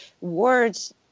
words